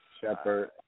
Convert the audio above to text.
shepherd